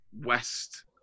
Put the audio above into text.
west